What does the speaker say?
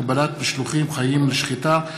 הגבלת משלוחים חיים לשחיטה),